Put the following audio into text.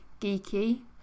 geeky